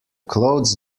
clothes